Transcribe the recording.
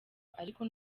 ariko